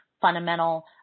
fundamental